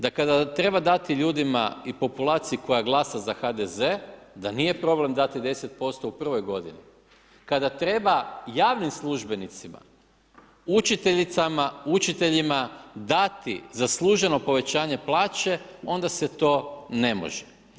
Da kada treba dati ljudima i populaciji koja glasa za HDZ da nije problem dati 10% u prvoj godini, kada treba javnim službenicima učiteljicama, učiteljima dati zasluženo povećanje plaće onda se to ne može.